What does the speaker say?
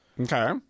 Okay